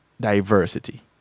diversity